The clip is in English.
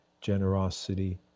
generosity